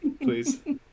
Please